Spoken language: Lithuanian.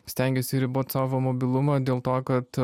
stengiasi ribot savo mobilumą dėl to kad